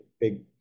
big